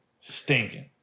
Stinking